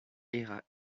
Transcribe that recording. era